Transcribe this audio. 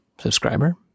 subscriber